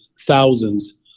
thousands